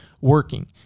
working